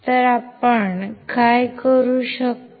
तर आपण काय करू शकतो